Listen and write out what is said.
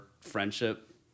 friendship